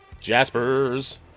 Jaspers